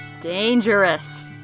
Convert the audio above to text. dangerous